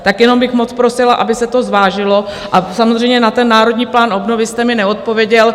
Tak jenom bych moc prosila, aby se to zvážilo, a samozřejmě na ten Národní plán obnovy jste mi neodpověděl.